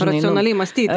racionaliai mąstyti